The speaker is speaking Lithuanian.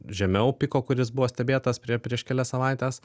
žemiau piko kuris buvo stebėtas prie prieš kelias savaites